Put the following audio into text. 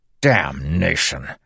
Damnation